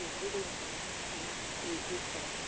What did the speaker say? you know, we can just forget it, and you can quit.